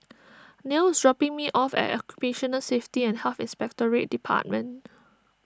Nell is dropping me off at Occupational Safety and Health Inspectorate Department